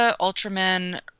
Ultraman